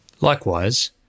Likewise